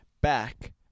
Back